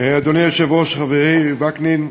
אדוני היושב-ראש, חברי וקנין,